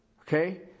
Okay